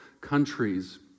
countries